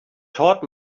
taught